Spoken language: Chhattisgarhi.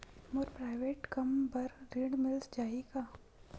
मोर प्राइवेट कम बर ऋण मिल जाही का?